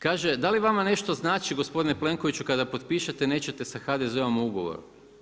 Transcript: Kaže da li vama nešto znači gospodine Plenkoviću kada potpišete nećete sa HDZ-om ugovor?